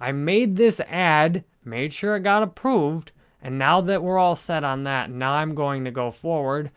i made this ad, made sure i got approved and now that we're all set on that, now i'm going to go forward